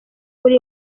uri